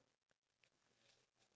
ya